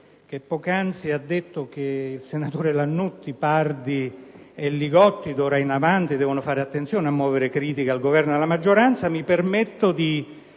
(che poc'anzi ha detto che i senatori Lannutti, Pardi e Li Gotti d'ora in avanti devono fare attenzione a muovere critiche al Governo e alla maggioranza), mi permetto di